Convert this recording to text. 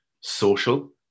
social